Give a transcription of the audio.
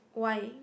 why